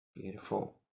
beautiful